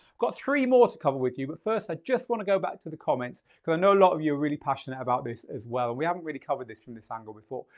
got three more to cover with you, but first i just wanna go back to the comments cause i know a lot of you are really passionate about this as well. we haven't really covered this from this angle before.